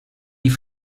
die